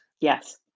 yes